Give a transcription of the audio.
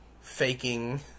faking